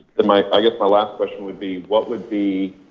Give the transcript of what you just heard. but my, i guess my last question would be, what would be,